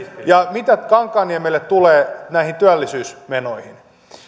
kankaanniemelle mitä tulee näihin työllisyysmenoihin